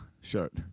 shirt